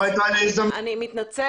הייתה לי הזדמנות --- אני מתנצלת.